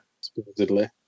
Supposedly